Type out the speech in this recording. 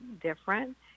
different